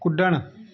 कुॾणु